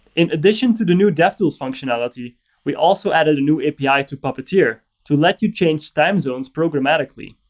in addition to the new devtools functionality we also added a new api to puppeteer to let you change time zones programmatically.